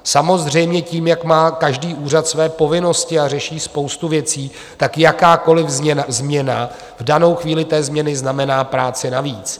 Samozřejmě tím, jak má každý úřad své povinnosti a řeší spoustu věcí, tak jakákoliv změna v danou chvíli té změny znamená práci navíc.